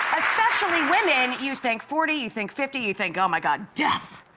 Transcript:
especially women you think forty, you think fifty, you think oh my god death.